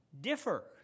differ